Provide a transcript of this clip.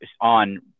on